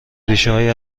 ریشههای